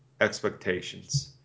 expectations